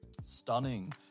Stunning